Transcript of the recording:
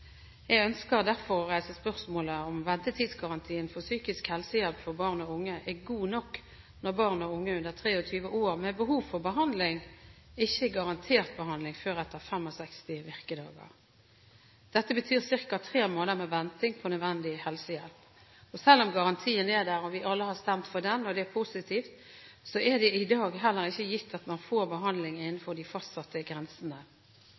Jeg ønsker derfor å reise spørsmål om ventetidsgarantien for psykisk helsehjelp for barn og unge er god nok når barn og unge under 23 år med behov for behandling, ikke er garantert behandling før etter 65 virkedager. Dette betyr ca. tre måneder med venting på nødvendig helsehjelp. Selv om garantien er der, vi alle har stemt for den og det er positivt, er det i dag heller ikke gitt at man får behandling innenfor de fastsatte grensene.